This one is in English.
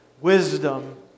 wisdom